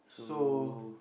so